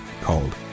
called